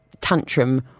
tantrum